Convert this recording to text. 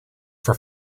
for